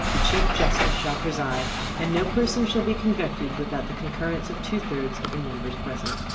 the chief justice shall preside and no person shall be convicted without the concurrence of two thirds of the members present.